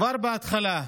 כבר בהתחלה,